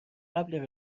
قبل